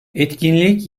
etkinlik